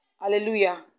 Hallelujah